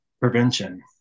prevention